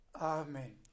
Amen